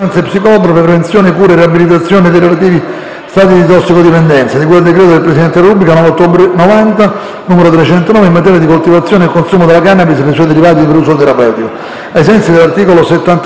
stati di tossicodipendenza, di cui al decreto del Presidente della Repubblica 9 ottobre 1990, n. 309, in materia di coltivazione e consumo della cannabis e dei suoi derivati per uso terapeutico». Ai sensi dell'articolo 77, comma 1, del Regolamento, la discussione su tale richiesta